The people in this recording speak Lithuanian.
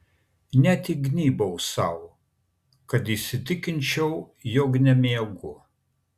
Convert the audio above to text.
net įgnybiau sau kad įsitikinčiau jog nemiegu